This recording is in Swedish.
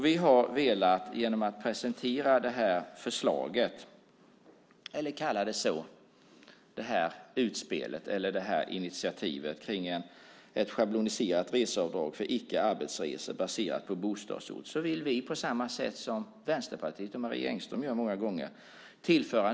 Vi har genom att presentera det här förslaget, eller kalla det ett utspel eller initiativ, om ett schabloniserat reseavdrag för icke-arbetsresor baserat på bostadsort velat tillföra någonting till debatten på samma sätt som Vänsterpartiet och Marie Engström många gånger gör.